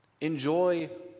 Enjoy